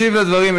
ישיב על הדברים,